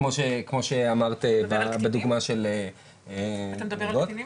כמו שאמרת בדוגמה של --- אתה מדבר על קטינים?